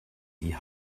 die